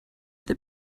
that